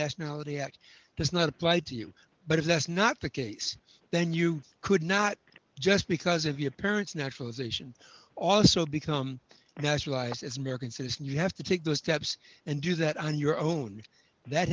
nationality act does not apply to you but if that's not the case then you could not just because of your parents naturalization also become naturalized is american citizen you have to take those steps and do that on your own that